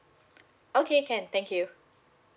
okay can thank you